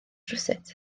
rywsut